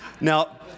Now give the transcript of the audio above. Now